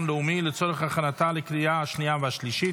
לאומי לצורך הכנתה לקריאה השנייה והשלישית.